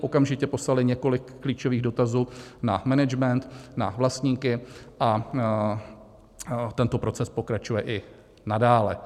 Okamžitě poslali několik klíčových dotazů na management, na vlastníky a tento proces pokračuje i nadále.